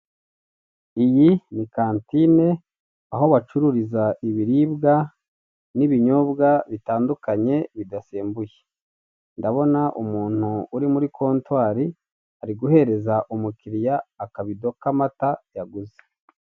Iyi ni kantine aho bacururiza ibiribwa n'ibinyobwa bitandukanye bidasembuye. Ndabona umuntu uri muri kontwari ari guhereza umukiriya akabido k'amata yaguze.